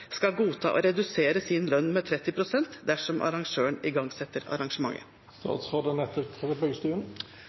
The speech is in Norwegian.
skal godta å redusere sin lønn med 30 pst. dersom arrangøren igangsetter